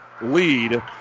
lead